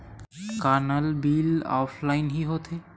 का नल bill offline हि होथे?